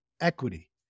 Equity